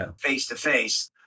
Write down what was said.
face-to-face